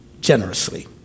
generously